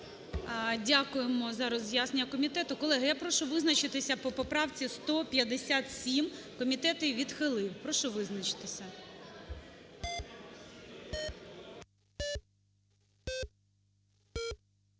Дякую за роз'яснення комітету. Колеги, я прошу визначитися по поправці 157. Комітет її відхилив. Прошу визначитися.